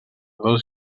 dos